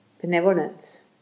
benevolence